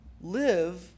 live